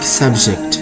subject